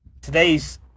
today's